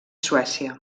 suècia